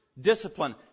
discipline